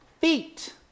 Feet